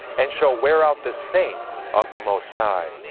and shall wear out the saints of the most high,